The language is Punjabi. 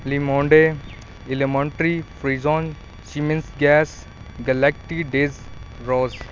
ਲੀਮੋਂਡੇ ਇਲਮੋਂਟ੍ਰੀ ਫਰੀਜ਼ੋਨ ਸਿਮਿਸ ਗੈਸ ਗਲੈਕਟਰੀ ਡਿਜ਼ ਰੌਜ਼